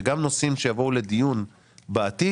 גם נושאים שיבואו לדיון בעתיד,